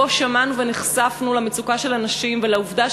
שבו שמענו ונחשפנו למצוקה של הנשים ולעובדה